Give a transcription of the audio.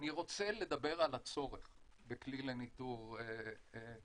אני רוצה לדבר על הצורך בכלי לניטור קירבה.